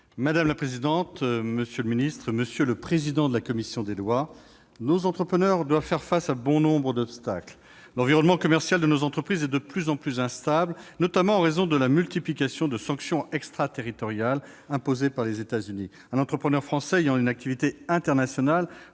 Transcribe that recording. Madame la présidente, madame la secrétaire d'État, mes chers collègues, nos entrepreneurs doivent faire face à bon nombre d'obstacles. L'environnent commercial de nos entreprises est de plus en plus instable, en raison notamment de la multiplication de sanctions extraterritoriales imposées par les États-Unis. Un entrepreneur français ayant une activité internationale